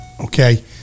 Okay